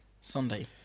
Sunday